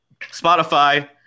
Spotify